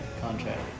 contract